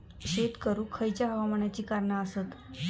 शेत करुक खयच्या हवामानाची कारणा आसत?